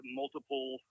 multiple